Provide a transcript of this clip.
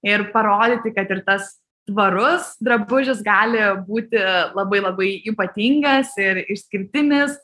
ir parodyti kad ir tas tvarus drabužis gali būti labai labai ypatingas ir išskirtinis